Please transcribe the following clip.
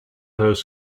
those